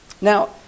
Now